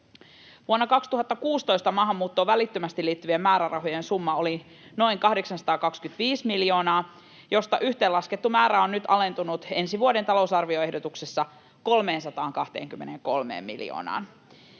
Vuonna 2016 maahanmuuttoon välittömästi liittyvien määrärahojen summa oli noin 825 miljoonaa, josta yhteenlaskettu määrä on nyt alentunut ensi vuoden talousarvioehdotuksessa 323 miljoonaan.